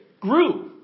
grew